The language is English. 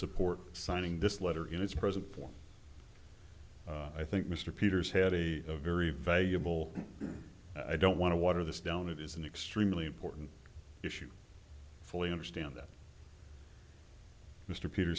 support signing this letter in its present form i think mr peters had a very valuable i don't want to water this down it is an extremely important issue fully understand that mr peter